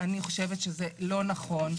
אני חושבת שזה לא נכון,